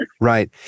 right